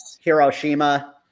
Hiroshima